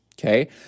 okay